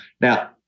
Now